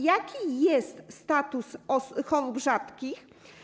Jaki jest status chorób rzadkich?